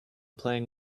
playing